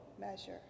measure